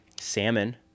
salmon